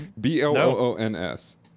B-L-O-O-N-S